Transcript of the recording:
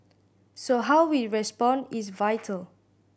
so how we respond is vital